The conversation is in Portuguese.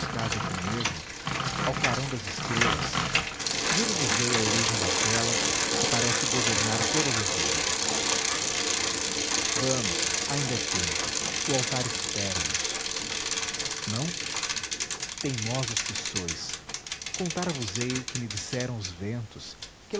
case aqui mesmo ao clarão das estrelas dir vos ei a origem daquela que parece governar todas as outras vamos ainda é tempo o altar espera nos não teimosos que sois contar vos ei o que me disseram os ventos